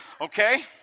okay